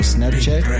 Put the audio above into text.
Snapchat